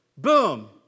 Boom